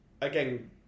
again